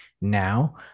now